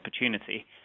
opportunity